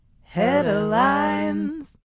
Headlines